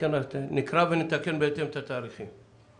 נקרא ובהתאם נתקן את התאריכים.